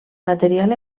material